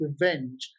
revenge